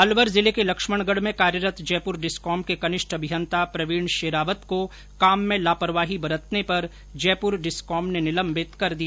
अलवर जिले के लक्ष्मणगढ में कार्यरत जयपुर डिस्कॉम के कनिष्ठ अभियंता प्रवीण शेरावत को काम में लापरवाही बरतने पर जयपुर डिस्कॉम ने निलम्बित कर दिया है